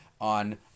on